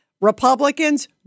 Republicans